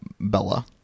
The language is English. Bella